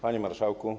Panie Marszałku!